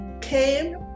came